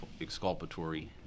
exculpatory